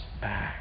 back